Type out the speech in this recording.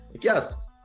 Yes